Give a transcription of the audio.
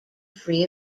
free